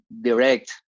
direct